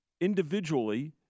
individually